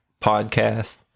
podcast